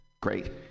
great